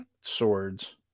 swords